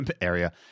area